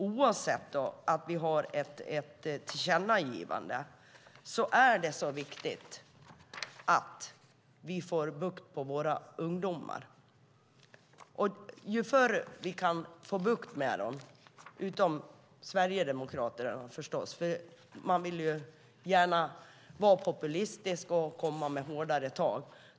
Även om vi har ett tillkännagivande är det viktigt att påpeka att vi måste få bukt med våra ungdomar. Ju förr vi kan få bukt med dem, desto bättre. Det gäller förstås inte Sverigedemokraterna, för de vill gärna vara populistiska och komma med hårdare tag.